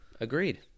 agreed